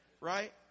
right